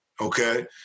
okay